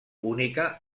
única